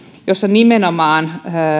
jossa nimenomaan